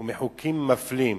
ומחוקים מפלים,